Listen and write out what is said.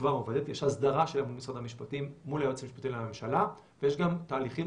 יש הסדרה שלה במשרד המשפטים מול היועץ המשפטי לממשלה ויש גם תהליכים